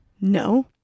No